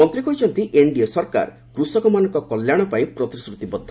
ମନ୍ତ୍ରୀ କହିଛନ୍ତି ଏନ୍ଡିଏ ସରକାର କୃଷକମାନଙ୍କ କଲ୍ୟାଶପାଇଁ ପ୍ରତିଶ୍ରତିବଦ୍ଧ